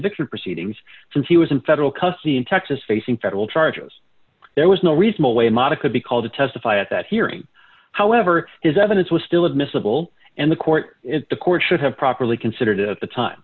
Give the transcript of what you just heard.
conviction proceedings since he was in federal custody in texas facing federal charges there was no reasonable way mata could be called to testify at that hearing however his evidence was still admissible and the court the court should have properly considered at the time